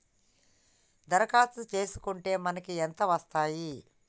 దరఖాస్తు చేస్కుంటే మనకి ఎంత వస్తాయి?